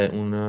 un